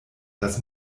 das